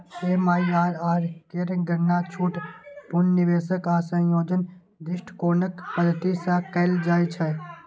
MIRR केर गणना छूट, पुनर्निवेश आ संयोजन दृष्टिकोणक पद्धति सं कैल जाइ छै